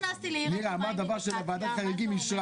זו פגיעה במעסיק ובתמורה שלו על פי ההסדר שהיה.